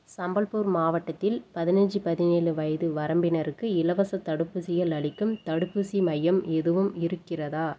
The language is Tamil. சம்பல்பூர் மாவட்டத்தில் பதினைஞ்சு பதினேழு வயது வரம்பினருக்கு இலவசத் தடுப்பூசிகள் அளிக்கும் தடுப்பூசி மையம் எதுவும் இருக்கிறதா